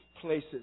places